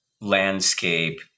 landscape